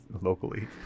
locally